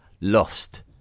lost